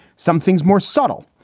some things more subtle,